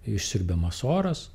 išsiurbiamas oras